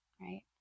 right